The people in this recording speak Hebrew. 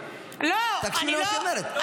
תקשיב למה שהיא אומרת.